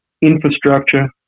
infrastructure